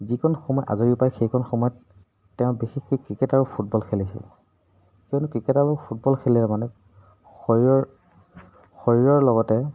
যিকণ সময়ত আজৰি পায় সেইকণ সময়ত তেওঁ বিশেষকৈ ক্ৰিকেট আৰু ফুটবল খেলিছিল কিয়নো ক্ৰিকেট আৰু ফুটবল খেলিলে মানে শৰীৰৰ লগতে